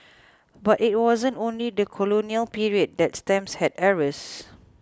but it wasn't only the colonial period that stamps had errors